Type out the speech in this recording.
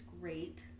great